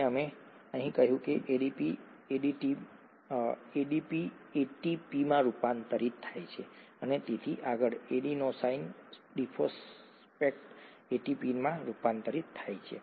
અને અમે કહ્યું કે એડીપી એટીપીમાં રૂપાંતરિત થાય છે અને તેથી આગળ એડીનોસાઇન ડિફોસ્ફેટ એટીપીમાં રૂપાંતરિત થાય છે